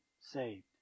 saved